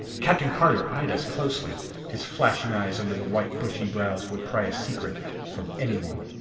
captain carter eyed us closely his flashing eyes under the white bushy brows would pry a secret from anyone.